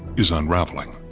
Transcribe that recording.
is unraveling.